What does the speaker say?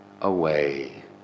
away